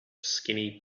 skinny